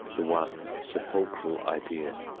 the one sepulchral idea.